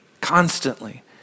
constantly